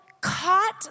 caught